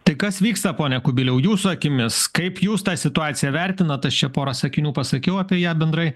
tai kas vyksta pone kubiliau jūsų akimis kaip jūs tą situaciją vertinat aš čia pora sakinių pasakiau apie ją bendrai